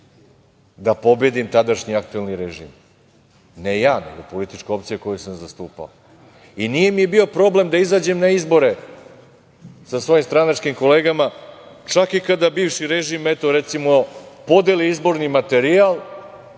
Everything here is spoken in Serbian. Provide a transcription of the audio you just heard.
da pobedim tadašnji aktuelni režim. Ne, ja nego politička opcija koju sam zastupao. I, nije mi bio problem da izađem na izbore sa svojim stranačkim kolegama čak i kada bivši režim, eto, recimo, podeli izborni materijal,